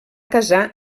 casar